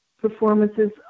performances